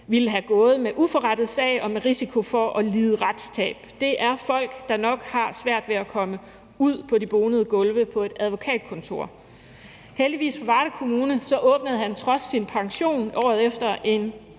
ville have gået med uforrettet sag og med risiko for at lide retstab; det er folk, der nok har svært ved at komme ud på de bonede gulve på et advokatkontor. Heldigvis for Varde Kommune åbnede han trods sin pension året efter en